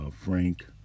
Frank